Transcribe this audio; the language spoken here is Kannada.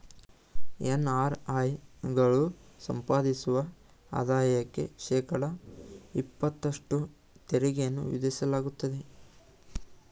ಎನ್.ಅರ್.ಐ ಗಳು ಸಂಪಾದಿಸುವ ಆದಾಯಕ್ಕೆ ಶೇಕಡ ಇಪತ್ತಷ್ಟು ತೆರಿಗೆಯನ್ನು ವಿಧಿಸಲಾಗುತ್ತದೆ